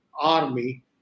army